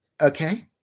okay